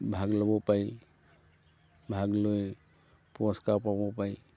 ভাগ ল'ব পাৰি ভাগ লৈ পুৰস্কাৰ পাবও পাৰি